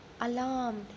alarmed